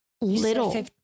little